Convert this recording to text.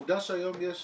עובדה שהיום יש